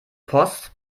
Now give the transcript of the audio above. post